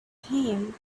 him